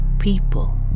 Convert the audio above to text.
people